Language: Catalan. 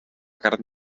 carn